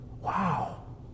Wow